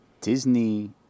disney